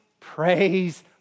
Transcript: Praise